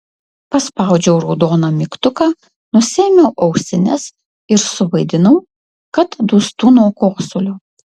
paspaudžiau raudoną mygtuką nusiėmiau ausines ir suvaidinau kad dūstu nuo kosulio